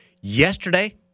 Yesterday